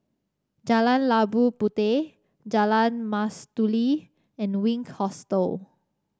Jalan Labu Puteh Jalan Mastuli and Wink Hostel